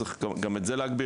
צריך גם את זה להגביר.